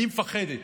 אני מפחדת.